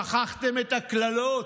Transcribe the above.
שכחתם את הקללות?